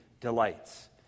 delights